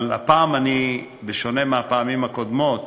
אבל הפעם אני, בשונה מהפעמים הקודמות